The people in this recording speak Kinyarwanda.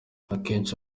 akenshi